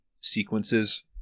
sequences